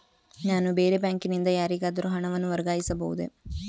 ನಾನು ಬೇರೆ ಬ್ಯಾಂಕಿನಿಂದ ಯಾರಿಗಾದರೂ ಹಣವನ್ನು ವರ್ಗಾಯಿಸಬಹುದೇ?